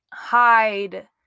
hide